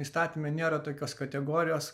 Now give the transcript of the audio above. įstatyme nėra tokios kategorijos